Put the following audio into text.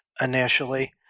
initially